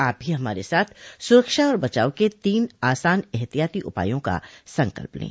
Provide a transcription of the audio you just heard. आप भी हमारे साथ सुरक्षा और बचाव के तीन आसान एहतियाती उपायों का संकल्प लें